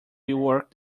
rework